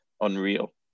unreal